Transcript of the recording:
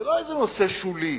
זה לא איזה נושא שולי.